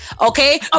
okay